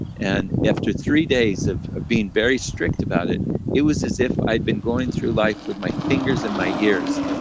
and after three days of of being very strict about it it was as if i'd been going through life with my fingers in my ears.